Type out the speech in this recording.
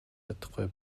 чадахгүй